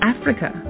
Africa